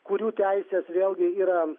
kurių teisės vėlgi yra